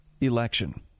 election